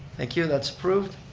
thank you, that's approved.